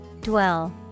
Dwell